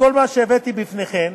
מכל מה שהבאתי בפניכם